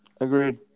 Agreed